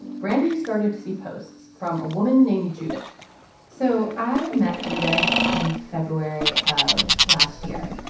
brandee started to see posts from a woman named judith so i met judith in february of last year,